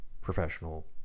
professional